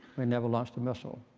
we never lost a missile.